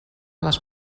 les